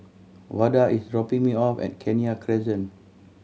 Vada is dropping me off at Kenya Crescent